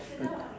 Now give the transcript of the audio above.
to